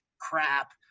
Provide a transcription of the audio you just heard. crap